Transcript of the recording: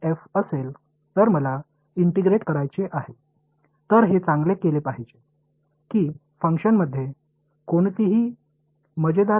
எனவே இந்த செயல்பாட்டில் வேடிக்கையான தாவல்கள் எதுவும் இல்லாமல் நடந்து கொள்ள வேண்டும் மேலும் நீங்கள் எனக்கு சில இடைவெளியைக் கொடுத்திருக்கிறீர்கள்